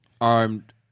Armed